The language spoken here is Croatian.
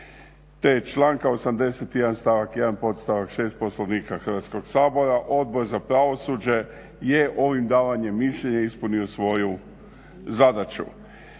te članka 81. stavak 1. podstavak 6. Poslovnika Hrvatskog sabora, Odbor za pravosuđe je ovim davanjem mišljenja ispunio svoju zadaću.